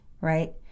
right